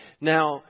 Now